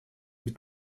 быть